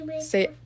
say